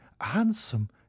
handsome